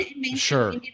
Sure